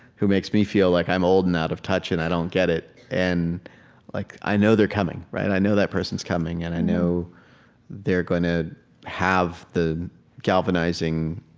who makes me feel like i'm old and out of touch and i don't get it? and like i know they're coming. i know that person's coming, and i know they're going to have the galvanizing